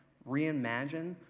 reimagine,